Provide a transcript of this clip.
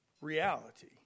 reality